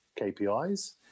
KPIs